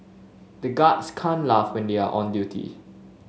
the guards can't laugh when they are on duty